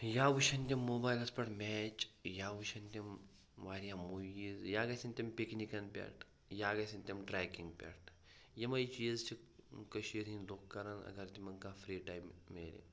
یا وٕچھَن تِم موبایلَس پٮ۪ٹھ میچ یا وٕچھَن تِم واریاہ موٗویٖز یا گژھَن تِم پِکنِکَن پٮ۪ٹھ یا گژھَن تِم ٹرٛیکِنٛگ پٮ۪ٹھ یِمَے چیٖز چھِ کٔشیٖر ہِنٛدۍ لُکھ کَران اگر تِمَن کانٛہہ فِرٛی ٹایم مِلہِ